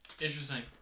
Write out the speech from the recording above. Interesting